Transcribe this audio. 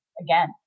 again